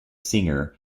singer